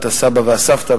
את הסבא והסבתא,